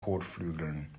kotflügeln